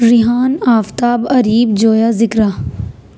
Rehan Aftab Areeb Joya Zikra